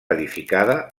edificada